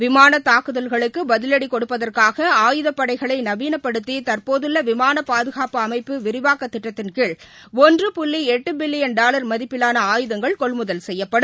விமானதாக்குதல்களுக்குபதிலடிகொடுப்பதற்காக ஆயுதப்பனடகளைநவீனப்படுத்திதற்போதுள்ளவிமானபாதுகாப்பு அமைப்பு விரிவாக்கதிட்டத்தின் கீழ் ஒன்று புள்ளிஎட்டுபில்லியன் டாலர் மதிப்பிலான ஆயுதங்கள் கொள்முதல் செய்யப்படும்